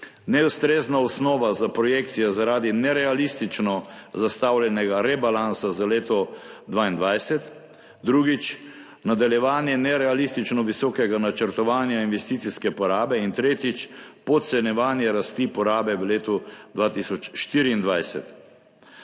neustrezna osnova za projekcije zaradi nerealistično zastavljenega rebalansa za leto 2022. Drugič: nadaljevanje nerealistično visokega načrtovanja investicijske porabe. In tretjič: podcenjevanje rasti porabe v letu 2024.